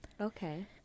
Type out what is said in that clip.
Okay